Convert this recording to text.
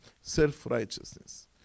self-righteousness